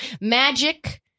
Magic